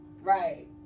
Right